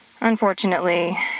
Unfortunately